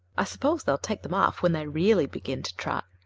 i suppose they'll take them off when they really begin to trot,